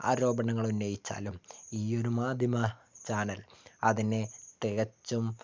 ആരോപണങ്ങൾ ഉന്നയിച്ചാലും ഈ ഒരു മാധ്യമ ചാനൽ അതിനേ തികച്ചും